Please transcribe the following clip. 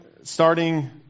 starting